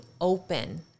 open